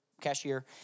cashier